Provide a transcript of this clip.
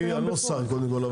אני לא שר, קודם כל.